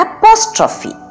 Apostrophe